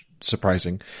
surprising